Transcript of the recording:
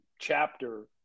chapter